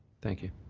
thank you.